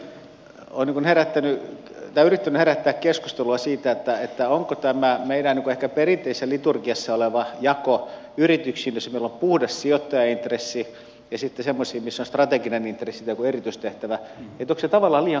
tähän liittyen olen yrittänyt herättää keskustelua siitä onko tämä meidän ehkä perinteisessä liturgiassa oleva jako yrityksiin joissa meillä on puhdas sijoittajaintressi ja sitten semmoisiin missä on strateginen intressi tai joku erityistehtävä tavallaan liian karkea